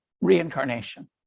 reincarnation